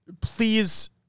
please